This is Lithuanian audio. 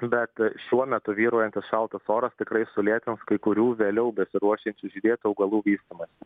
bet šiuo metu vyraujantis šaltas oras tikrai sulėtins kai kurių vėliau besiruošiančių žydėt augalų vystymąsi